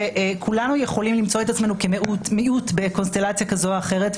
שכולנו יכולים למצוא את עצמנו כמיעוט בקונסטלציה כזאת או אחרת,